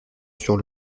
sur